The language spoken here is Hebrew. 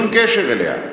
שום קשר אליה,